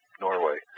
Norway